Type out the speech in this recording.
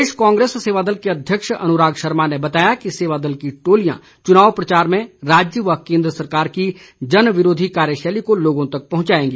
प्रदेश कांग्रेस सेवा दल के अध्यक्ष अनुराग शर्मा ने बताया कि सेवादल की टोलियां चुनाव प्रचार में राज्य व केंद्र सरकार की जनविरोधी कार्यशैली को लोगों तक पहुंचाएगी